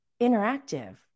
interactive